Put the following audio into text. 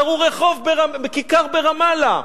קראו רחוב בכיכר ברמאללה,